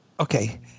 Okay